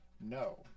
no